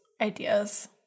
ideas